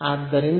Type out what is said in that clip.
ಆದ್ದರಿಂದ